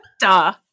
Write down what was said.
Duh